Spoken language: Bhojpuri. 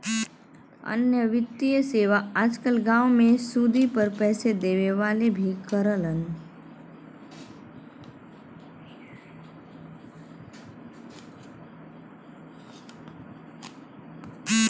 अन्य वित्तीय सेवा आज कल गांव में सुदी पर पैसे देवे वाले भी करलन